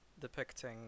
depicting